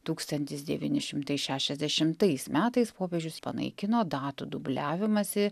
tūkstantis devyni šimtai šešiasdešimtais metais popiežius panaikino datų dubliavimąsi